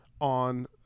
on